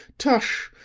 tush,